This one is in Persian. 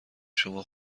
شما